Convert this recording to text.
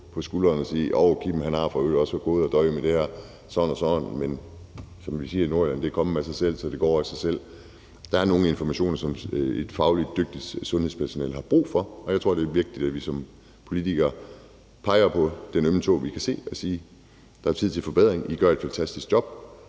på skulderen og sige: Kim har for øvrigt også gået og døjet med det her og sådan og sådan. Som vi siger i Nordjylland: Det er kommet af sig selv, så det går over af sig selv. Der er nogle informationer, som et fagligt dygtigt sundhedspersonale har brug for, og jeg tror, det vigtigt, at vi som politikere peger på den ømme tå, vi kan se, og siger, at det er tid til forbedring, at de gør et fantastisk job,